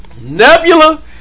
Nebula